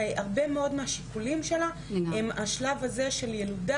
הרבה מאוד מהשיקולים שלה הם השלב הזה של ילודה,